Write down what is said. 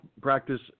practice